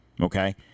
Okay